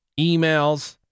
emails